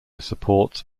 supports